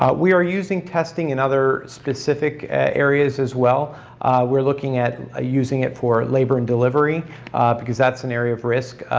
ah we are using testing in other specific areas as well we're looking at ah using it for labor and delivery because that's an area of risk,